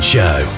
Show